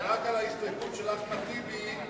ההסתייגות לחלופין של קבוצת סיעת קדימה,